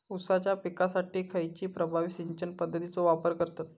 ऊसाच्या पिकासाठी खैयची प्रभावी सिंचन पद्धताचो वापर करतत?